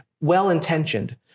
Well-intentioned